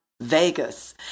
vegas